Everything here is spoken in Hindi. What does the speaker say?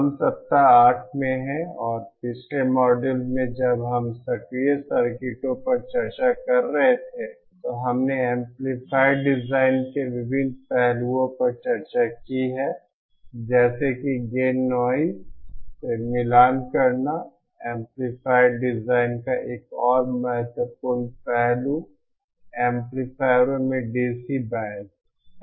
हम सप्ताह आठ में हैं और पिछले मॉड्यूल में जब हम सक्रिय सर्किटों पर चर्चा कर रहे थे तो हमने एम्पलीफायर डिज़ाइन के विभिन्न पहलुओं पर चर्चा की है जैसे कि गेन नॉइज़ फिर मिलान करना एम्पलीफायर डिजाइन का एक और महत्वपूर्ण पहलू एम्पलीफायरों में डीसी बायस है